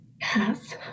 Yes